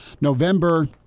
November